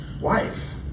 wife